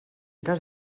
cas